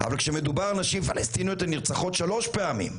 אבל כשמדובר על נשים פלשתינאיות הן נרצחות שלוש פעמים,